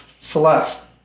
celeste